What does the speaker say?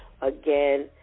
again